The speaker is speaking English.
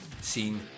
seen